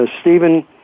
Stephen